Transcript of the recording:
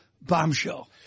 bombshell